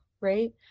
right